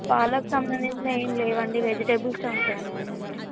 పాలకు సంబంధించినవి ఏమి లేవండి వెజిటేబుల్స్ ఉంటాయి అండి మా దగ్గర